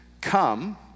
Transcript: come